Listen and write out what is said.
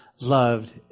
loved